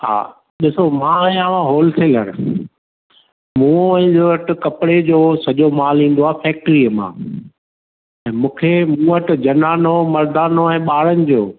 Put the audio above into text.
हा ॾिसो मां आहियां होलसेलर मूं वटि कपिड़े जो सॼो माल ईंदो आहे फ़ैक्ट्रीअ मां ऐं मूंखे मूं वटि जनानो मर्दानो ऐं ॿारनि जो